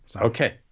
Okay